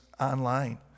online